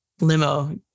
limo